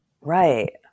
Right